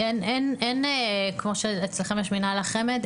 אין כמו שאצלכם יש מינהל החמ"ד,